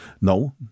No